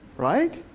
right?